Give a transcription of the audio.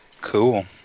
cool